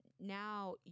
now